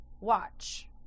watch